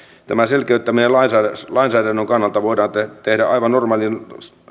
tämä selkeyttäminen lainsäädännön lainsäädännön kannalta voidaan tehdä aivan normaalin